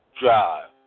Drive